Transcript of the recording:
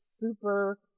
super